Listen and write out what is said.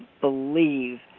believe